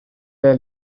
del